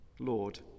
Lord